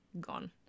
gone